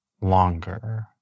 longer